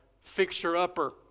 fixture-upper